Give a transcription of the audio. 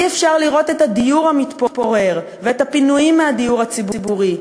אי-אפשר לראות את הדיור המתפורר ואת הפינויים מהדיור הציבורי,